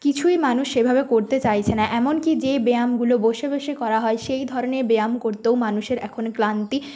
কিছুই মানুষ সেভাবে করতে চাইছে না এমনকি যেই ব্যায়ামগুলো বসে বসে করা হয় সেই ধরনের ব্যায়াম করতেও মানুষের এখন ক্লান্তি